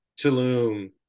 Tulum